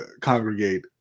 congregate